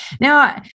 Now